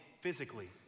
physically